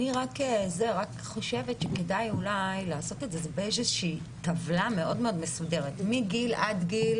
אני חושבת שכדאי לרכז את כל זה באיזושהי טבלה מסודרת: מגיל עד גיל